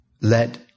Let